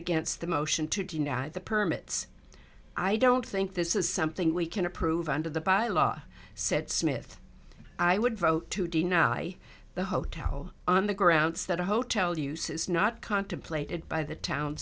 against the motion to deny the permits i don't think this is something we can approve under the by law said smith i would vote to deny the hotel on the grounds that a hotel use is not contemplated by the town